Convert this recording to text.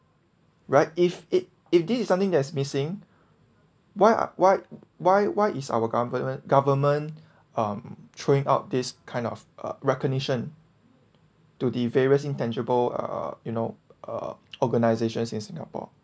right if it if this is something that is missing why why why why is our government government um throwing out this kind of uh recognition to the various intangible uh you know uh organisations in singapore